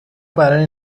برای